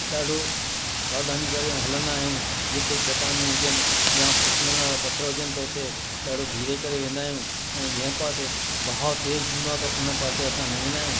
ॾाढो सावधानी करे हलंदा आहियूं जिते चट्टानूं हुजनि या फिसलनि वारा पत्थर हुजनि त उते ॾाढो धीरे करे वेंदा आहियूं ऐं जंहिं पासे बहाव तेज़ु हूंदो आहे त उन पासे असां न वेंदा आहियूं